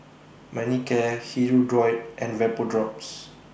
Manicare Hirudoid and Vapodrops